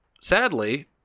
sadly